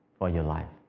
ah your life.